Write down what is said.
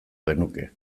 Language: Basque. genuke